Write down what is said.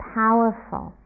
powerful